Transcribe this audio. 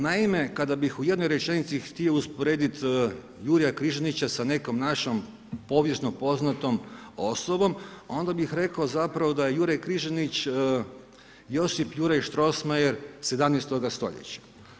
Naime, kada bih u jednoj rečenici htio usporediti Juraja Križanića sa nekom našom povijesno poznatom osobom onda bih rekao zapravo da je Juraj Križanić Josip Juraj Strossmayer 17.-toga stoljeća.